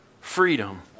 freedom